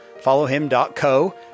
Followhim.co